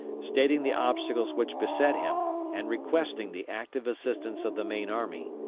stating the obstacles which beset him, and requesting the active assistance of the main army.